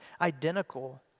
identical